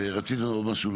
רצית להעיר עוד משהו?